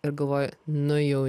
ir galvoju nu jau